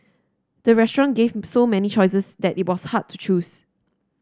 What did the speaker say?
the restaurant gave so many choices that it was hard to choose